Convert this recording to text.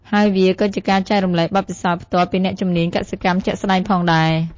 ហើយវាក៏ជាការចែករំលែកបទពិសោធន៍ផ្ទាល់ពីអ្នកជំនាញកសិកម្មជាក់ស្តែងផងដែរ។